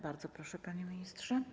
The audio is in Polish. Bardzo proszę, panie ministrze.